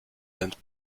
lernt